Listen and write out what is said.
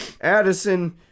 Addison